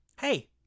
Hey